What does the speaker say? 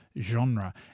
genre